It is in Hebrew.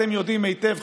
אתם יודעים היטב,